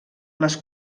les